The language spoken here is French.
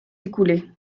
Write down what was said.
écoulées